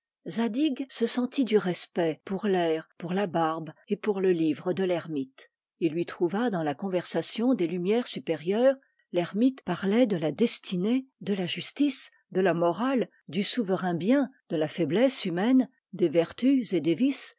se sentit du respect pour l'air pour la barbe et pour le livre de l'ermite il lui trouva dans la conversation des lumières supérieures l'ermite parlait de la destinée de la justice de la morale du souverain bien de la faiblesse humaine des vertus et des vices